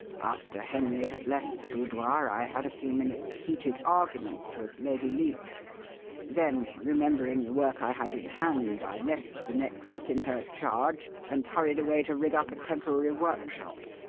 after henry had left the boudoir i had a few minutes' heated argument with lady leake then, remembering the work i had in hand, i left the necklace in her charge and hurried away to rig up a temporary workshop.